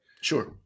Sure